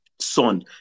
Son